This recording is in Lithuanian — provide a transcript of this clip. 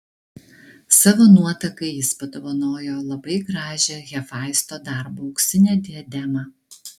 savo nuotakai jis padovanojo labai gražią hefaisto darbo auksinę diademą